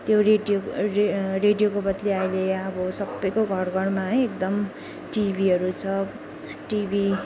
त्यो रेडियो रेडियोको बदली अहिले अब सबैको घरघरमा है एकदम टिभीहरू छ टिभी